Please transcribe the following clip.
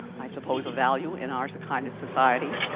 i suppose a value in our so kind of society.